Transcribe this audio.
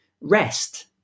rest